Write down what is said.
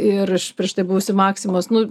ir iš prieš tai buvusi maksimos nu